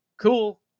cool